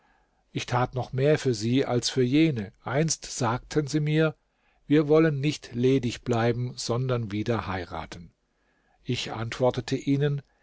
ich tat noch mehr für sie als für jene einst sagten sie mir wir wollen nicht ledig bleiben sondern wieder heiraten ich antwortete ihnen